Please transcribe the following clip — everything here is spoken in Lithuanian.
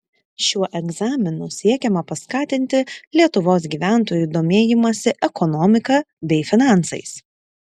šiuo egzaminu siekiama paskatinti lietuvos gyventojų domėjimąsi ekonomika bei finansais